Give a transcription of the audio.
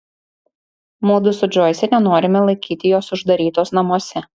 mudu su džoise nenorime laikyti jos uždarytos namuose